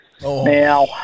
Now